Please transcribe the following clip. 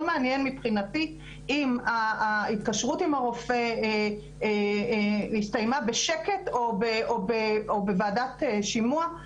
מעניין מבחינתי אם ההתקשרות עם הרופא הסתימה בשקט או בוועדת שימוע,